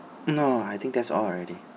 no I think that's all already